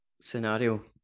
scenario